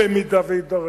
במידה שזה יידרש,